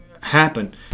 happen